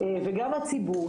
וגם הציבור,